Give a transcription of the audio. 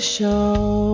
Show